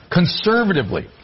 conservatively